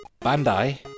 Bandai